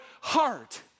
heart